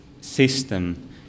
system